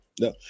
No